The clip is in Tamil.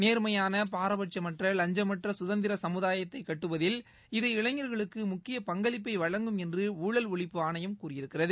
நேர்மையான பாரபட்சமற்ற லஞ்சமற்ற குதந்திர சமுதாயத்தை கட்டுவதில் இது இளைஞர்களுக்கு முக்கிய பங்களிப்பை வழங்கும் என்று ஊழல் ஒழிப்பு ஆணையம் கூறியிருக்கிறது